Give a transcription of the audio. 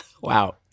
wow